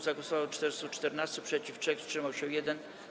Za głosowało 414, przeciw - 3, wstrzymał się 1.